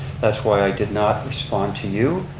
that's why i did not respond to you,